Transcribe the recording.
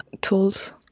tools